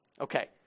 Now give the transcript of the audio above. Okay